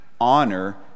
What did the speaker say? honor